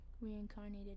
reincarnated